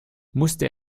musste